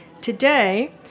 Today